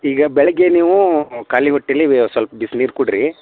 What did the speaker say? ಈಗ ಬೆಳಗ್ಗೆ ನೀವು ಖಾಲಿ ಹೊಟ್ಟೇಲಿ ಸೊಲ್ಪ ಬಿಸಿ ನೀರು ಕುಡ್ರಿ